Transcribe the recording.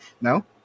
No